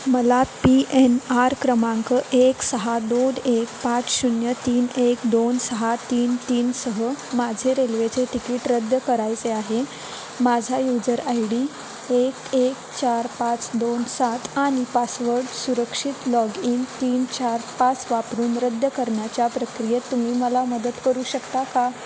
मला P N R क्रमांक एक सहा दोन एक पाच शून्य तीन एक दोन सहा तीन तीनसह माझे रेल्वेचे तिकीट रद्द करायचे आहे माझा यूजर आय डी एक एक चार पाच दोन सात आणि पासवर्ड सुरक्षित लॉग इन तीन चार पाच वापरून रद्द करण्याच्या प्रक्रियेत तुम्ही मला मदत करू शकता का